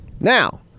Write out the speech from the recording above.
Now